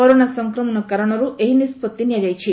corona ସଂକ୍ରମଣ କାରଣରୁ ଏହି ନିଷ୍ବତ୍ତି ନିଆଯାଇଛି